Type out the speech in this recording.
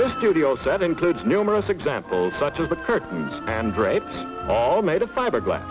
the studio set includes numerous examples such as the curtains and drapes all made of fiberglass